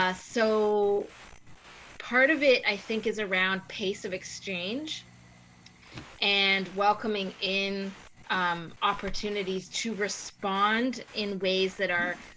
ah so part of it, i think, is around pace of exchange and welcoming in um opportunities to respond in ways that are